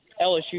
LSU